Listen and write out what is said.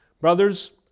Brothers